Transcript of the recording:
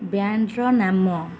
ବ୍ୟାଣ୍ଡର ନାମ